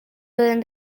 within